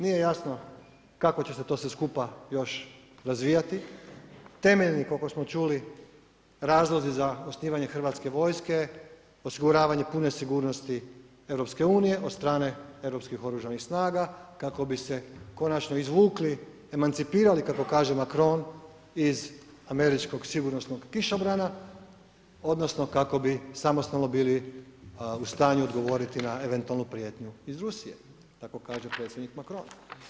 Nije jasno kako će se sve to skupa razvijati, temeljni koliko smo čuli razlozi za osnivanje hrvatske vojske osiguravanje pune sigurnosti EU od strane europskih oružanih snaga kako bi se konačno izvukli, emancipirali kako kaže Macron iz američkog sigurnosnog kišobrana odnosno kako bi samostalno bili u stanju odgovoriti na eventualnu prijetnju iz Rusije tako kaže predsjednik Macron.